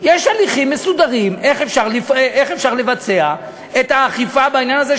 יש הליכים מסודרים איך אפשר לבצע את האכיפה בעניין הזה,